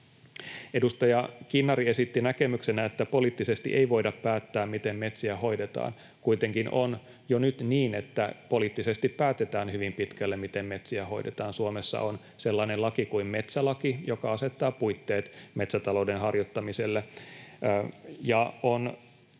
Edustaja Kinnari esitti näkemyksenä, että poliittisesti ei voida päättää, miten metsiä hoidetaan. Kuitenkin on jo nyt niin, että poliittisesti päätetään hyvin pitkälle, miten metsiä hoidetaan. Suomessa on sellainen laki kuin metsälaki, joka asettaa puitteet metsätalouden harjoittamiselle.